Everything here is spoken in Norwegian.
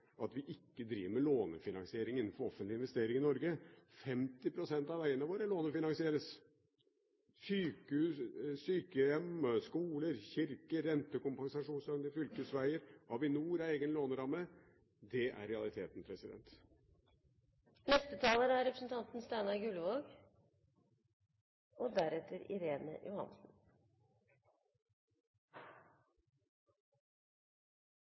at vi ikke driver med lånefinansiering innenfor offentlig investering i Norge. 50 pst. av veiene våre lånefinansieres – sykehjem, skoler, kirker, rentekompensasjonsordning for fylkesveier, Avinor har egen låneramme – det er realiteten. Jeg har i grunnen aldri skjønt høyrepartienes opphengthet i OPS-løsningene. Er